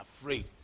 afraid